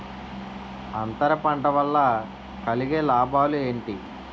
అంతర పంట వల్ల కలిగే లాభాలు ఏంటి